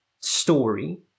story